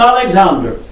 Alexander